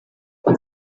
hari